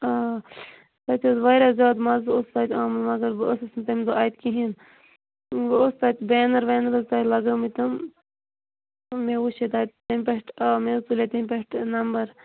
آ تتہ حظ واریاہ زیادٕ مَزٕ اوس تتہ آمُت مگر بہٕ ٲسس نہٕ تمہ دۄہ اتہ کِہیٖنۍ ونۍ ٲس تتہ بینر وینر حظ تۄہہِ لگٲمتیٚن مےٚ وچھے تمہ پیٚٹھ آ مےٚ حظ تُلے تمۍ پیٚٹھ نمبر